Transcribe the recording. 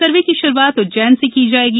सर्वे की शुरूआत उज्जैन से की जाएगी